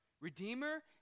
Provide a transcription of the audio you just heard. Redeemer